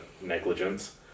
negligence